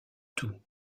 tout